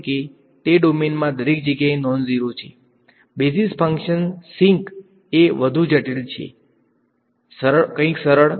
full ડોમેનનો અર્થ એ છે કે તે ડોમેનમાં દરેક જગ્યાએ નોન ઝીરો છે બેઝિસ ફંક્શન્સ સિંક એ વધુ જટિલ છે કંઈક સરળ